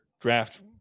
draft